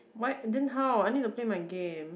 why then how I need to play my game